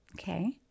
Okay